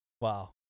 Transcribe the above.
Wow